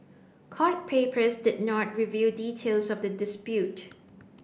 court papers did not reveal details of the dispute